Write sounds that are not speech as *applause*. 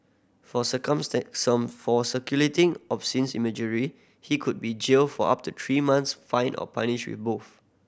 for *unintelligible* for circulating obscene imagery he could be jailed for up to three months fined or punished with both